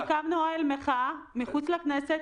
אנחנו הקמנו אוהל מחאה מחוץ לכנסת.